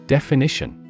Definition